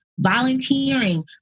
volunteering